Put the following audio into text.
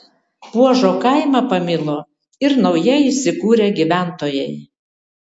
puožo kaimą pamilo ir naujai įsikūrę gyventojai